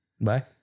bye